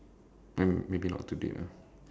may~ maybe not today lah